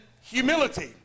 humility